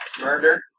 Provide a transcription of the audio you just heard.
Murder